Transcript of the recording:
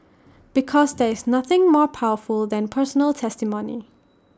because there is nothing more powerful than personal testimony